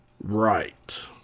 Right